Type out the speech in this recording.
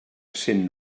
cent